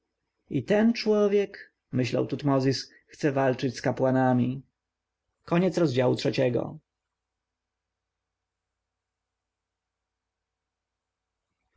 i ten człowiek myślał tutmozis chce walczyć z kapłanami